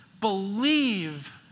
believe